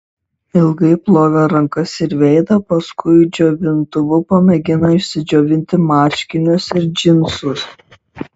ilgai plovė rankas ir veidą paskui džiovintuvu pamėgino išsidžiovinti marškinius ir džinsus